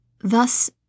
Thus